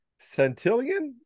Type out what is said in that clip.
Centillion